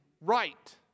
right